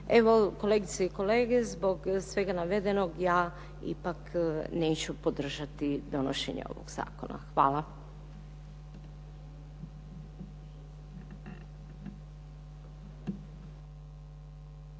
Evo, kolegice i kolege zbog svega navedenog, ja ipak neću podržati donošenje ovog zakona. Hvala.